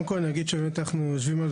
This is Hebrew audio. קודם כל אני אגיד שבאמת אנחנו יושבים על